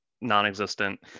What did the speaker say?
non-existent